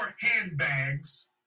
handbags